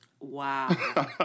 Wow